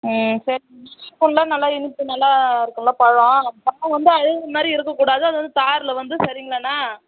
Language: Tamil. ம் சரி நல்லா இனிப்பு நல்லா இருக்குதுல்ல பழம் பழம் வந்து அழுகின மாதிரி இருக்கக்கூடாது அது வந்து தாரில் வந்து சரிங்களாண்ணா